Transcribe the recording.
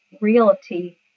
realty